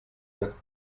jak